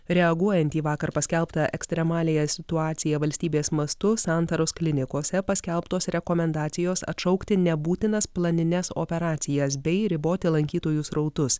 reaguojant į vakar paskelbtą ekstremaliąją situaciją valstybės mastu santaros klinikose paskelbtos rekomendacijos atšaukti nebūtinas planines operacijas bei riboti lankytojų srautus